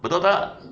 betul tak